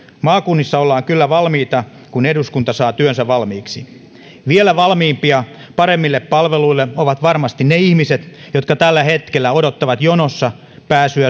maakunnissa ollaan kyllä valmiita kun eduskunta saa työnsä valmiiksi vielä valmiimpia paremmille palveluille ovat varmasti ne ihmiset jotka tällä hetkellä odottavat jonossa pääsyä